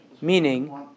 meaning